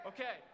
Okay